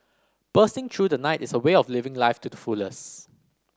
bursting through the night is a way of living life to the fullest